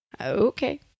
Okay